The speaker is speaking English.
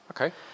Okay